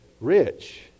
rich